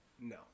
No